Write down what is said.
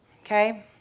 Okay